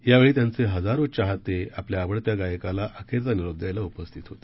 यावेळी त्याचे हजारो चाहते आपल्या आवडत्या गायकाला अखेरचा निरोप द्यायला उपस्थित होते